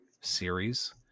series